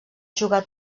jugar